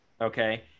okay